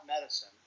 medicine